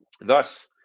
Thus